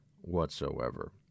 whatsoever